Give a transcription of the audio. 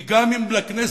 כי גם אם לכנסת,